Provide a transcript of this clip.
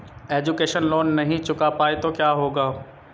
Education loan नहीं चुका पाए तो क्या होगा?